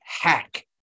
hack